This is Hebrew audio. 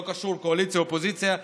לא קשור לאופוזיציה או קואליציה,